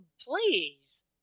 please